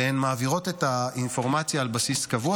והן מעבירות את האינפורמציה על בסיס קבוע.